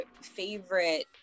favorite